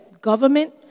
Government